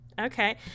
okay